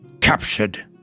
captured